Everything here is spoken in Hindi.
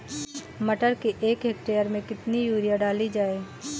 मटर के एक हेक्टेयर में कितनी यूरिया डाली जाए?